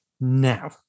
Now